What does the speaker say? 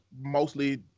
mostly